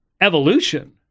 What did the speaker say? evolution